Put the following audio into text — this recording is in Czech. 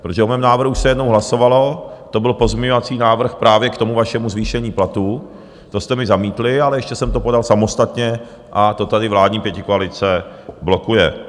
O mém návrhu se jednou hlasovalo, to byl pozměňovací návrh právě k tomu vašemu zvýšení platů, to jste mi zamítli, ale ještě jsem to podal samostatně a to tady vládní pětikoalice blokuje.